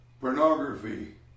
pornography